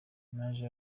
naje